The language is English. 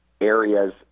areas